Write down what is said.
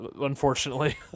unfortunately